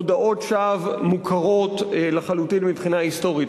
הודאות שווא מוכרות לחלוטין מבחינה היסטורית.